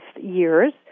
years